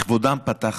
לכבודם פתחתי.